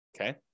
okay